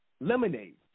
Lemonade